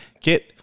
get